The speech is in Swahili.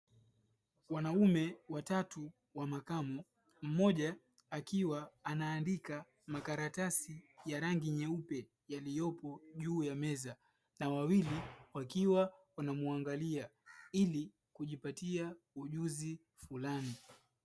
Wanaume watatu wa makamo; mmoja akiwa anaandika makaratasi ya rangi nyeupe yaliyopo juu ya meza na wawili wakiwa wanamuangalia ili kujipatia ujuzi fulani.